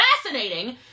Fascinating